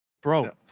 bro